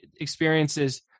experiences